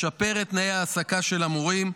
לשפר את תנאי ההעסקה של המורים,